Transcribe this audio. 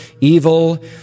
evil